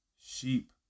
sheep